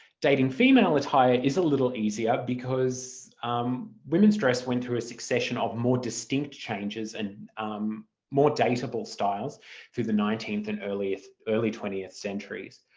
dating female attire is a little easier because women's dress went through a succession of more distinct changes and more dateable styles through the nineteenth and early early twentieth centuries,